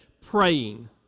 praying